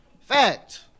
Fact